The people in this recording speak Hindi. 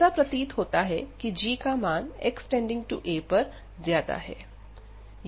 ऐसा प्रतीत होता है की g का मान x→ a पर ज्यादा है